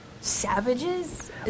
savages